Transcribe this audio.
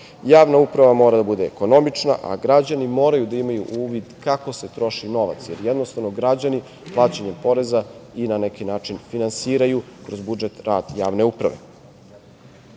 Javna uprava mora da bude ekonomična, a građani moraju da imaju uvid kako se troši novac, jer jednostavno građani plaćanjem poreza i na neki način finansiraju, kroz budžet, rad javne uprave. Srbija